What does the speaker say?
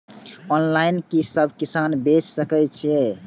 Online कि सब किसान बैच सके ये?